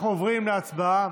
חברי הכנסת, אנחנו עוברים להצבעה.